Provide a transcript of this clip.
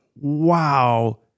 wow